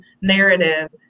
narrative